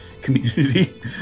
community